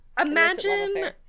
Imagine